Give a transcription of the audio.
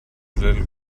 little